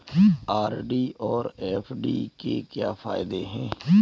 RD और FD के क्या फायदे हैं?